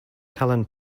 callan